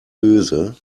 öse